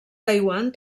taiwan